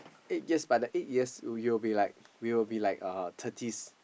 eight years but the eight years you'll be like we will be like uh thirties